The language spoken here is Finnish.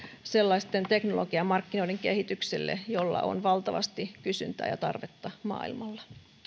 teknologiamarkkinoiden kehitykselle joille on valtavasti kysyntää ja tarvetta maailmalla